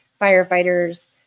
firefighters